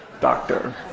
doctor